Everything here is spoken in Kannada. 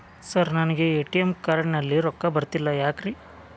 ಸರ್ ನನಗೆ ಎ.ಟಿ.ಎಂ ಕಾರ್ಡ್ ನಲ್ಲಿ ರೊಕ್ಕ ಬರತಿಲ್ಲ ಯಾಕ್ರೇ?